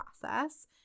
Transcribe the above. process